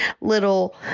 little